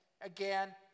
again